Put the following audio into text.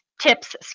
tips